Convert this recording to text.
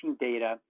data